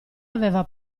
aveva